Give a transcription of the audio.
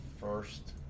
first